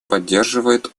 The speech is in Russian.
поддерживает